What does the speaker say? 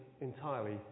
entirely